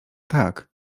tak